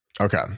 okay